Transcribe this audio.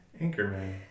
Anchorman